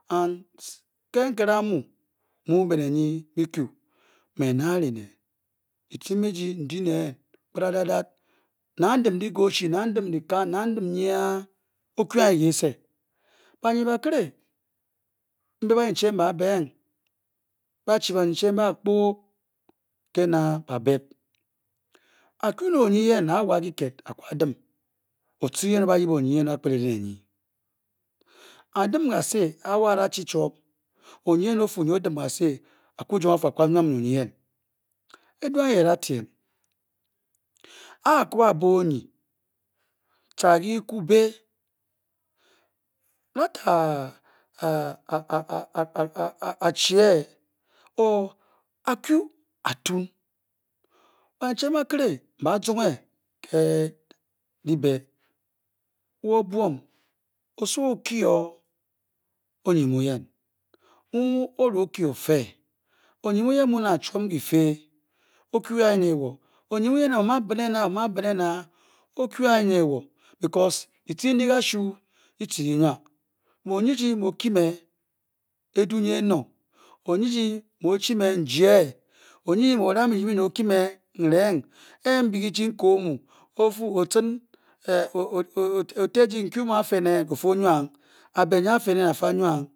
And ke nkere amu mu ba ne nyi byi-Kyu me nda-ri ne dyityem eji ndyi neen kparadadat nang n-dim dyigostu nang n-dim dyikan nang n-dim nya o-kyu n anyi ke kyise banyinyi bakiri mbe banyincheng mbe ba-be ng baa-chi banyincheng baa-kpu ke na babel A-kyu ne onyi eyen aa-was kyikit a-dim ocin eyen o-bayip a o-kpet ere ne nyi A-dim Kasi a-fa aa-wa edachi chwom onyi eyen to o-dim a-kam ng echijwo ba-ka ba-ri ne nyi eduu anyi ede-them a a-kuba ebe onyi ca ke kyi ku bi dachi a a a a a a-chee or a-kyu a-tun banyincheng bakiri ba-zonge ke dyibe wo bwom osowo o-kye o onyi mu eyen mu oda o ekye ofe onyi mu eyen mu nang chwom kyi a-fi odakyu anyi ne wo, nang bamu ba-bini na, nang bamu ba-bini na o-kyu a anyi ne wo because dyice ndyi ke Kashi dyi-chi dyi nwa me onyi eji nu o-kya mu eduu nkyi enong mu o-chi me n-jee onyi eji mu o-ram m byirying mbyi byinong o-kye mo n-re A m-byi kyiji n-Koo omu n-fu o-cin e e otyen eji nkyi mu a-Fe neen ofi o-nwai abe nyi a-Fe neen aFi a-nwa